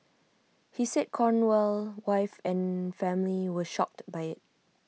he said Cornell wife and family were shocked by IT